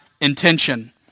intention